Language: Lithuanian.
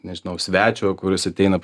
nežinau svečio kuris ateina